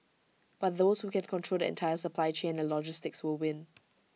but those who can control the entire supply chain and logistics will win